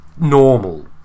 normal